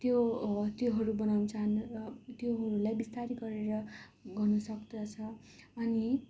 त्यो त्योहरू बनाउन चाहन र त्योहरूलाई बिस्तारै गरेर गर्नुसक्दछ अनि